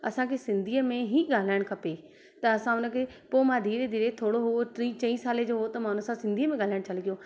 असांखे सिंधीअ में ई ॻाल्हाइण खपे त असां हुन खे पोइ मां धीरे धीरे थोरो हुओ टी चई साल जो हुओ त मां उन सां सिंधीअ में ॻाल्हाइणु चालू कयो